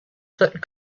that